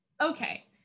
okay